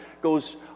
goes